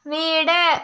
വീട്